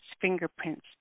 fingerprints